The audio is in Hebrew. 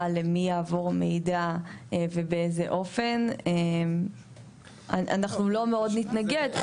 למי יעבור מידע ובאיזה אופן - אנחנו לא מאוד נתנגד.